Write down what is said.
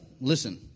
Listen